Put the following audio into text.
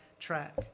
track